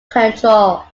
control